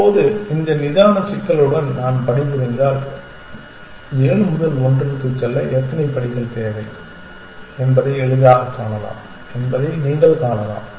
இப்போது இந்த நிதானமான சிக்கலுடன் நான் பணிபுரிந்தால் ஏழு முதல் ஒன்றிற்குச் செல்ல எத்தனை படிகள் தேவை என்பதை எளிதாகக் காணலாம் என்பதை நீங்கள் காணலாம்